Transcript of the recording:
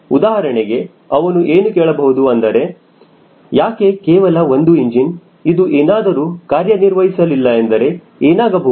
ಉದಾಹರಣೆಗೆ ಅವನು ಏನು ಕೇಳಬಹುದು ಅಂದರೆ ಯಾಕೆ ಕೇವಲ ಒಂದು ಇಂಜಿನ್ ಅದು ಏನಾದರೂ ಕಾರ್ಯನಿರ್ವಹಿಸಲಿಲ್ಲ ಎಂದರೆ ಏನಾಗಬಹುದು